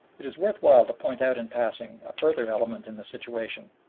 it is worth while to point out in passing a further element in the situation,